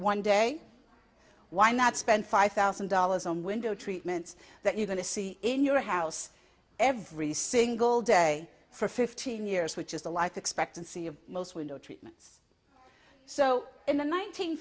one day why not spend five thousand dollars on window treatments that you're going to see in your house every single day for fifteen years which is the life expectancy of most window treatments so in the nineteen